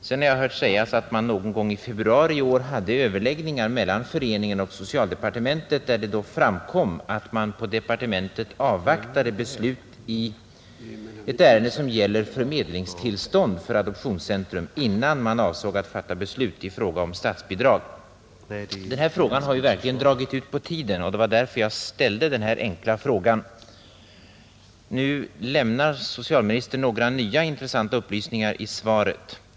Sedan har jag hört sägas att man någon gång i februari i år hade överläggningar mellan föreningen och socialdepartementet, där det framkom att man på departementet avvaktade beslut i ett ärende som gäller förmedlingstillstånd för Adoptionscentrum innan man avsåg att fatta beslut i fråga om statsbidrag. Det här ärendet har verkligen dragit ut på tiden, och det var därför jag ställde den enkla frågan. Nu lämnar socialministern några nya intressanta upplysningar i svaret.